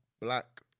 black